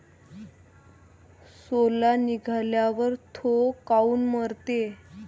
सोला निघाल्यावर थो काऊन मरते?